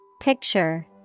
Picture